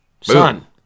son